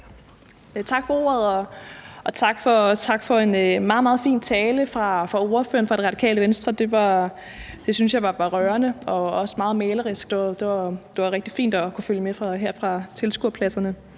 Tak for ordet, og tak for en meget, meget fin tale fra ordføreren for Radikale Venstre. Den synes jeg var rørende og også meget malerisk; det var rigtig fint at kunne følge med her fra min plads.